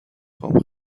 خوام